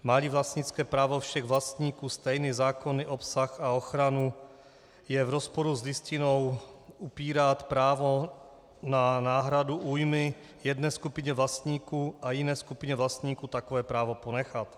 Máli vlastnické právo všech vlastníků stejný zákonný obsah a ochranu, je v rozporu s Listinou upírat právo na náhradu újmy jedné skupině vlastníků a jiné skupině vlastníků takové právo ponechat.